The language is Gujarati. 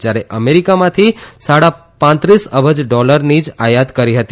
જ્યારે અમેરિકામાંથી સાડા પાંત્રીસ અબજ ડોલરની જ આયાત કરી હતી